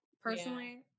personally